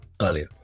earlier